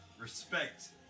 respect